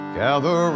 gather